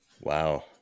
wow